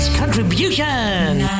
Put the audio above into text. Contribution